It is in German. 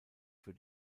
für